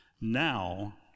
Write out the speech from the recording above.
Now